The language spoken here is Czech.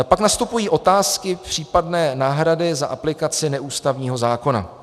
Pak nastupují otázky případné náhrady za aplikaci neústavního zákona.